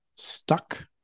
stuck